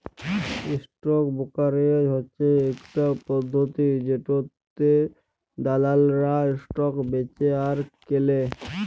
stock brokerage হচ্যে ইকটা পদ্ধতি জেটাতে দালালরা স্টক বেঁচে আর কেলে